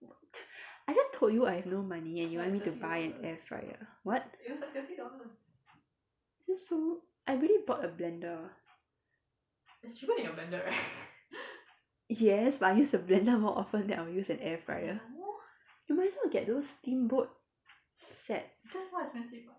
I just told you I have no money and you want me to buy an air fryer what that's so I already bought a blender yes but I use a blender more often than I'll use an air fryer you might as well get those steamboat sets